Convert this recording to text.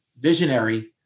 visionary